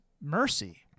Mercy